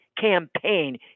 campaign